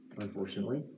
unfortunately